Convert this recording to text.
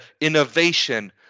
innovation